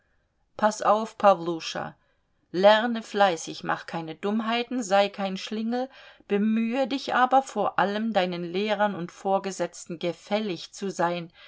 paß auf pawluscha lerne fleißig mach keine dummheiten sei kein schlingel bemühe dich aber vor allem deinen lehrern und vorgesetzten gefällig zu sein